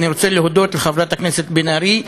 ואני רוצה להודות לחברת הכנסת בן ארי,